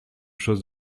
chose